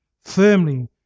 firmly